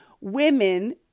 women